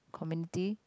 committee